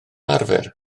arfer